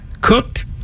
Cooked